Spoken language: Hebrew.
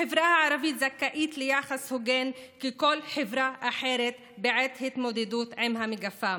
החברה הערבית זכאית ליחס הוגן ככל חברה אחרת בעת התמודדות עם המגפה,